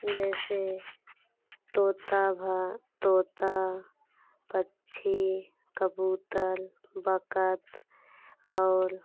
जैसे तोता भी तोता पक्षी कबूतर बत्तख़ और